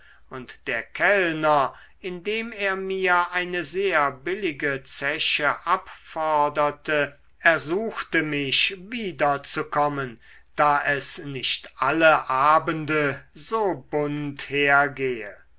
und der kellner indem er mir eine sehr billige zeche abforderte ersuchte mich wiederzukommen da es nicht alle abende so bunt hergehe